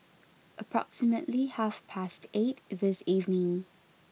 approximately half past eight this evening